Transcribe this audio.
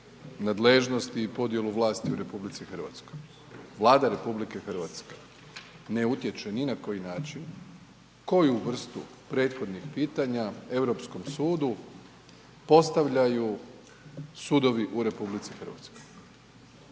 nadležnosti i podjelu vlasti u RH. Vlada RH ne utječe ni na koji način koju vrstu prethodnih pitanja Europskom sudu postavljaju sudovi u RH, mi na to